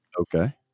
Okay